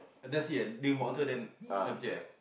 I never see ah drink water then temperature eh